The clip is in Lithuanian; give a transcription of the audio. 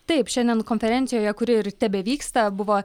taip šiandien konferencijoje kuri ir tebevyksta buvo